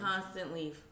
constantly